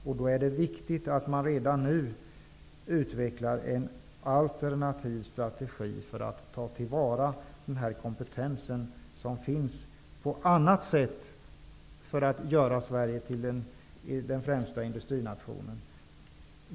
Det är då viktigt att man redan nu utvecklar en alternativ strategi för att på annat sätt ta till vara den kompetens som finns och göra Sverige till den främsta industrinationen.